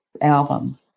album